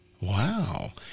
Wow